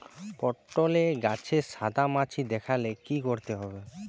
পটলে গাছে সাদা মাছি দেখালে কি করতে হবে?